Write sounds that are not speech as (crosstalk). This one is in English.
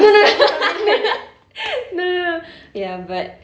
no no (laughs) no no no ya but